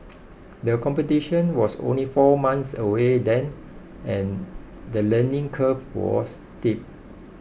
the competition was only four months away then and the learning curve was steep